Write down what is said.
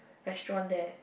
restaurant there